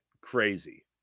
crazy